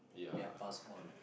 ya pass on